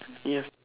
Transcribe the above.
ya